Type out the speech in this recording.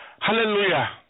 Hallelujah